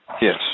Yes